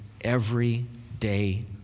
everyday